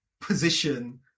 position